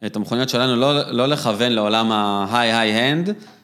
את המכוניות שלנו, לא לכוון לעולם ההיי היי-אנד.